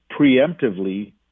preemptively